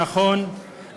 הנכון,